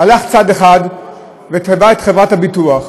הלך צד אחד ותבע את חברת הביטוח.